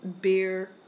beer